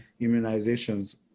immunizations